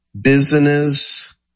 business